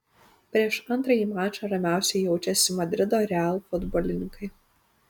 prieš antrąjį mačą ramiausiai jaučiasi madrido real futbolininkai